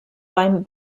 beim